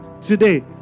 today